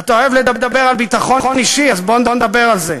אתה אוהב לדבר על ביטחון אישי, אז בוא נדבר על זה.